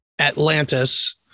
Atlantis